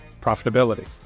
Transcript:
profitability